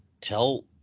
tell